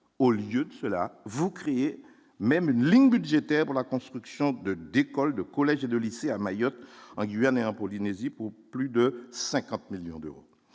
au lieu de cela, vous créez même une ligne budgétaire pour la construction de d'écoles, de collèges et de lycées à Mayotte en Guyane et en Polynésie pour plus de 50 millions d'euros,